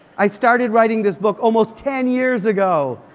i started writing this book almost ten years ago!